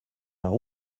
par